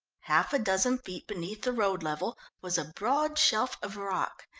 half a dozen feet beneath the road level was a broad shelf of rock.